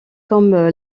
comme